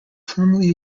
firmly